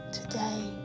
today